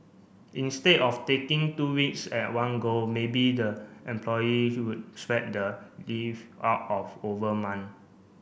instead of taking two weeks at one go maybe the employee spread the leave out of over month